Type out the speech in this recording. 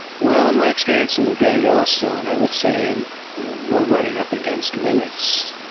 well, my experience in the greater yellowstone, i would say we're running up against limits.